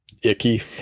icky